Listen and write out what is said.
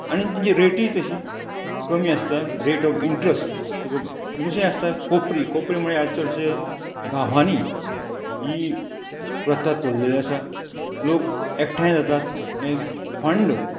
आनी तेची रेटी तशी कमी आसता रेट ऑफ इंट्रस्ट दुसरें आसता कोपरी कोपरी म्हळ्यार आयज चडशे गांवांनी ही प्रथा चललेले आसा लोक एकठांय जातात फंड